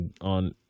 on